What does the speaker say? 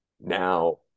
now